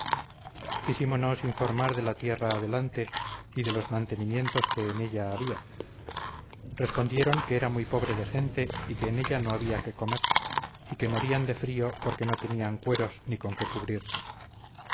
ellos tenían quisímonos informar de la tierra adelante y de los mantenimientos que en ella había respondieron que era muy pobre de gente y que en ella no había qué comer y que morían de frío porque no tenían cueros ni con qué cubrirse